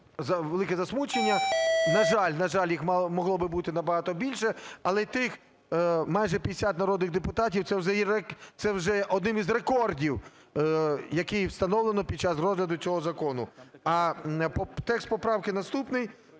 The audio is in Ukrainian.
велике засмучення. На жаль, на жаль, їх могло би бути набагато більше. Але й тих майже 50 народних депутатів – це вже є одним із рекордів, який встановлено під час розгляду цього закону. А текст поправки наступний: